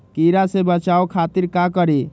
कीरा से बचाओ खातिर का करी?